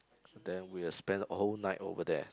then we will spend all night over there